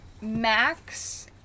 max